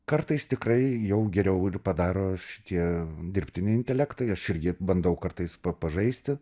kartais tikrai jau geriau ir padaro šitie dirbtiniai intelektai aš irgi bandau kartais pa pažaisti